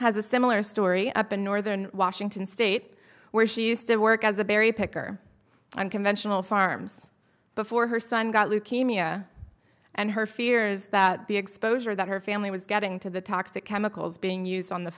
has a similar story up in northern washington state where she used to work as a berry picker unconventional farms before her son got leukemia and her fears that the exposure that her family was getting to the toxic chemicals being used on the